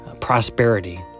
prosperity